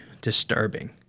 disturbing